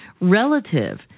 relative